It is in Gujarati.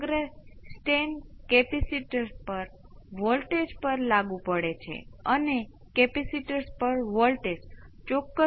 આ V c એની ઉપર બીજું કંઈ નથી તો આપણી પાસે શું છે